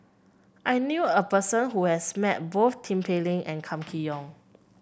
I knew a person who has met both Tin Pei Ling and Kam Kee Yong